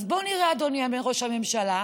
אז בוא נראה, אדוני ראש הממשלה,